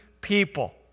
people